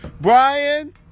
Brian